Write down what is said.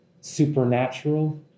supernatural